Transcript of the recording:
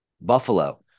Buffalo